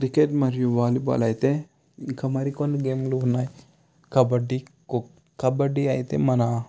cricket మరియు volleyball అయితే ఇంకా మరికొన్ని గేములు ఉన్నాయి కబడ్డీ కబడ్డీ అయితే మన